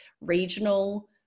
regional